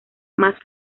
más